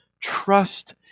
trust